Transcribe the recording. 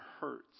hurts